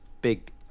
big